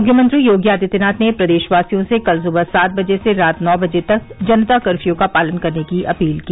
मुख्यमंत्री योगी आदित्यनाथ ने प्रदेशवासियों से कल सुबह सात बजे से रात नौ बजे तक जनता कर्फ्यू का पालन करने की अपील की